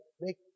make